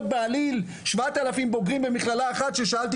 שאלתי